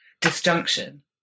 disjunction